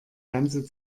ganze